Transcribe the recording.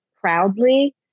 proudly